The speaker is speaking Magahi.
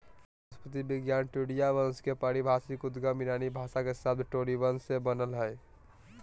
वनस्पति विज्ञान ट्यूलिया वंश के पारिभाषिक उद्गम ईरानी भाषा के शब्द टोलीबन से बनल हई